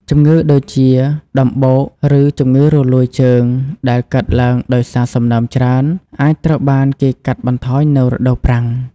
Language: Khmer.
ជំងឺដូចជាដំបូកឬជំងឺរលួយជើងដែលកើតឡើងដោយសារសំណើមច្រើន អាចត្រូវបានគេកាត់បន្ថយនៅរដូវប្រាំង។